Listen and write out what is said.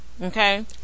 Okay